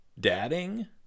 dadding